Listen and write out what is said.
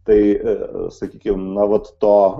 tai sakykime na vat to